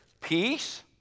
peace